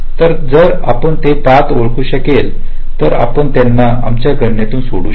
तर जर आपण ते पथ ओळखू शकले तर आपण त्यांना आमच्या गणनेतून सोडू शकतो